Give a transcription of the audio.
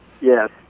yes